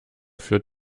führt